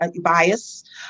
bias